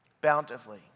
bountifully